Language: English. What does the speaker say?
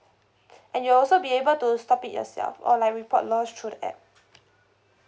and you'll also be able to stop it yourself or like report lost through the app